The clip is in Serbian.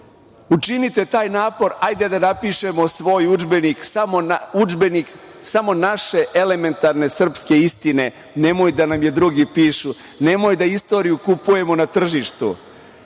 Učinite taj napor, hajde da napišemo svoj udžbenik, samo naše elementarne srpske istine, nemoj da nam je drugi pišu. Nemoj da istoriju kupujemo na tržištu.